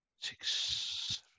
Six